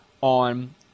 on